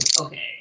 okay